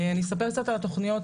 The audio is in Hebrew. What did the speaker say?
אני אספר קצת על התכניות,